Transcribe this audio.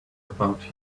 about